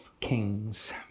Kings